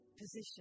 position